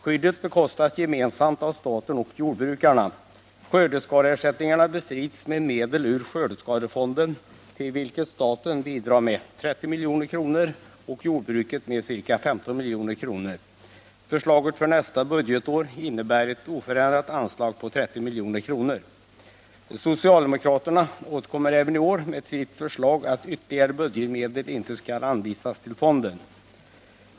Skyddet bekostas gemensamt av staten och jordbrukarna. Skördeskadeersättningarna bestrids med medel ur skördeskadefonden, till vilken staten bidrar med 30 milj.kr. och jordbrukarna med ca 15 milj.kr. Förslaget för nästa budgetår innebär ett oförändrat anslag på 30 milj.kr. Socialdemokraterna återkommer även i år med sitt förslag att ytterligare budgetmedel inte skall anvisas till fonden.